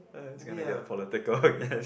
uh this is going to get political I guess